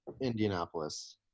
Indianapolis